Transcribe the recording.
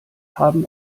haben